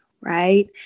right